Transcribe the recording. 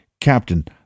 Captain